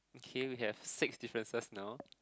okay we have six differences now